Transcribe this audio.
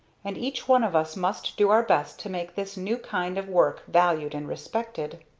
and each one of us must do our best to make this new kind of work valued and respected.